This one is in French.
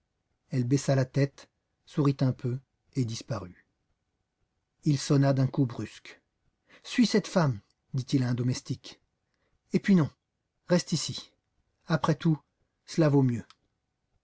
elle baissa la tête sourit un peu et disparut il sonna d'un coup brusque suis cette femme dit-il à un domestique et puis non reste ici après tout cela vaut mieux